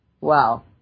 wow